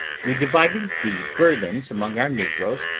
we divided the burthens among our negroes,